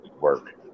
work